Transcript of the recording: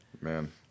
Man